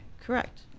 Correct